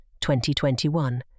2021